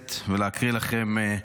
הכנסת ולהקריא לכם.